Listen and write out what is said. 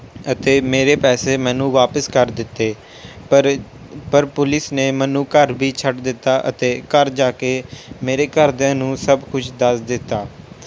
ਅਤੇ ਮੇਰੇ ਪੈਸੇ ਮੈਨੂੰ ਵਾਪਿਸ ਕਰ ਦਿੱਤੇ ਪਰ ਪਰ ਪੁਲਿਸ ਨੇ ਮੈਨੂੰ ਘਰ ਵੀ ਛੱਡ ਦਿੱਤਾ ਅਤੇ ਘਰ ਜਾ ਕੇ ਮੇਰੇ ਘਰਦਿਆਂ ਨੂੰ ਸਭ ਕੁਝ ਦੱਸ ਦਿੱਤਾ